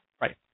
Right